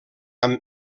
amb